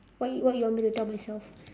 what you what you want me to tell myself